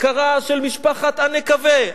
אזכרה של משפחת אלנקווה,